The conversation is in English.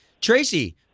Tracy